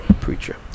preacher